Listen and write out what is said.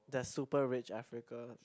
there's super rich Africa